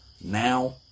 now